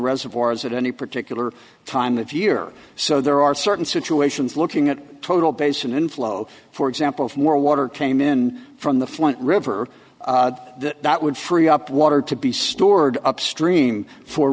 reservoirs at any particular time of year so there are certain situations looking at total basin inflow for example of more water came in from the flint river that would free up water to be stored upstream for